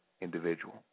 individual